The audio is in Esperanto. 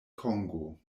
kongo